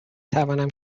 توانم